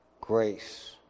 grace